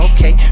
Okay